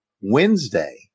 wednesday